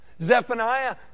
Zephaniah